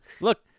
Look